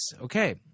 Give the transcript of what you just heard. Okay